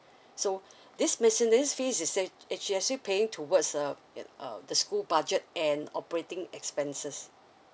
so these miscellaneous fees is ac~ actually paying towards uh and um the school budget and operating expenses